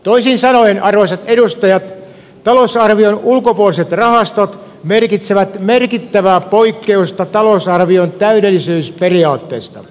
toisin sanoen arvoisat edustajat talousarvion ulkopuoliset rahastot merkitsevät merkittävää poikkeusta talousarvion täydellisyysperiaatteesta